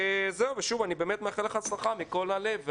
ושוב, אני באמת מאחל לך הצלחה מכל הלב.